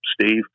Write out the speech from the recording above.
Steve